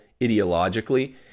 ideologically